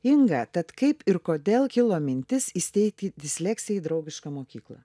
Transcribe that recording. inga tad kaip ir kodėl kilo mintis įsteigti disleksijai draugišką mokyklą